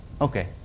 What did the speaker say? Okay